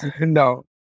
no